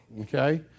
okay